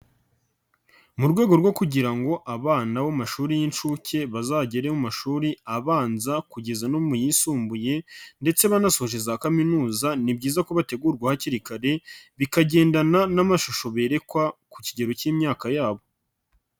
Mu rwego rwo kugira ngo abana b’amashuri y’inshuke bazagere mu mashuri abanza kugeza no mu yisumbuye, ndetse banasoje za kaminuza, ni byiza kuba bategurwa hakiri kare, bikagendana n'amashusho berekwa ku kigero k'imyaka yabo.